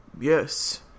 yes